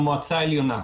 המועצה העליונה.